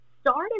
started